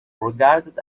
regarded